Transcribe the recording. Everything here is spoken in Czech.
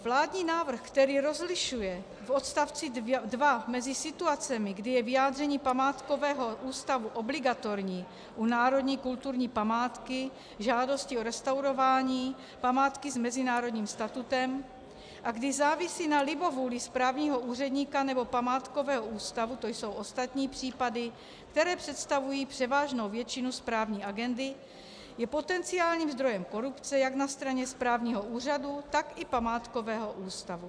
Vládní návrh, který rozlišuje v odstavci 2 mezi situacemi, kdy je vyjádření Památkového ústavu obligatorní u národní kulturní památky, žádosti o restaurování, památky s mezinárodním statutem, a kdy závisí na libovůli správního úředního nebo Památkového ústavu, to jsou ostatní případy, které představují převážnou většinu správní agendy, je potenciálním zdrojem korupce jak na straně správního úřadu, tak i Památkového ústavu.